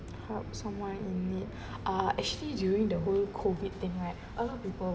helps someone in need uh actually during the whole COVID thing right other people